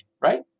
right